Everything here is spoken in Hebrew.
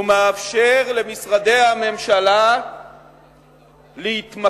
הוא מאפשר למשרדי הממשלה להתמקד